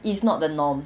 it's not the norm